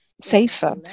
safer